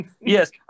Yes